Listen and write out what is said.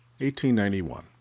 1891